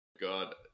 God